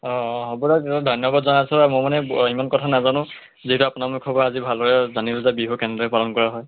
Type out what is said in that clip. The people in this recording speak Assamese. অঁ অঁ হ'ব দিয়ক তেনেহ'লে ধন্যবাদ জনাইছোঁ মই মানে ইমান কথা নাজানো যিহেতু আপোনাৰ মুখৰ পৰা আজি ভালদৰে জানিলো যে বিহু কেনেদৰে পালন কৰা হয়